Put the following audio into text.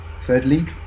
Thirdly